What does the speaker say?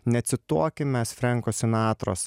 necituokim mes frenko sinatros